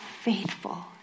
faithful